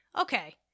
okay